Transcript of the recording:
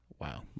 Wow